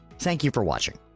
thank you for watching